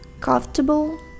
comfortable